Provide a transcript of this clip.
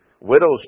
widow's